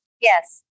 Yes